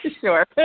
sure